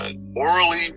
morally